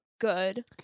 good